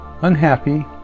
unhappy